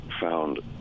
found